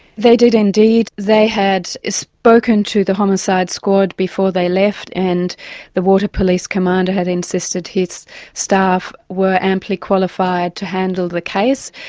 they did indeed. they had spoken to the homicide squad before they left, and the water police commander had insisted his staff were amply qualified to handle the case,